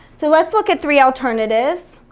so let's look at three alternatives.